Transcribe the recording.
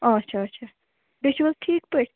اَچھا اَچھا تُہۍ چھِو ٹھیٖک پٲٹھۍ